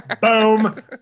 Boom